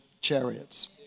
chariots